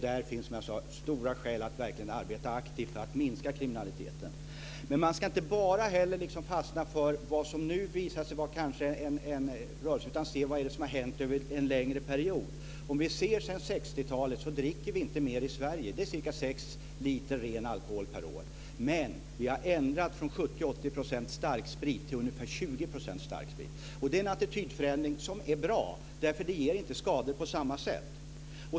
Där finns det som jag sade många skäl att arbeta aktivt för att minska kriminaliteten. Men man ska inte bara fastna för något som eventuellt händer nu utan se vad som har hänt över en längre period. Vi dricker inte mer i Sverige än vad vi gjorde på 60-talet. Det är ca 6 liter ren alkohol per år. Men vi har ändrat oss från att dricka 70-80 % starksprit till att dricka ungefär 20 % starksprit. Det är en attitydförändring som är bra därför att det inte ger skador på samma sätt.